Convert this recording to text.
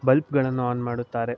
ಬಲ್ಪ್ಗಳನ್ನು on ಮಾಡುತ್ತಾರೆ